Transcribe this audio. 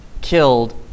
killed